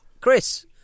Chris